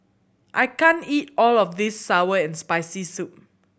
I can't eat all of this sour and Spicy Soup